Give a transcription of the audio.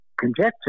conjecture